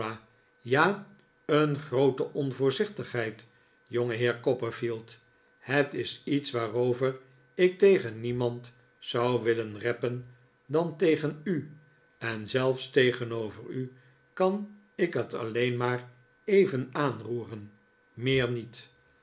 ja een groote onvoorzichtigheid jongeheer copperfield het is iets waarover ik tegen niemand zou willeh reppen dan tegen u en zelfs tegenover u kan ik het alleen maar even aanroeren meer niet